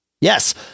yes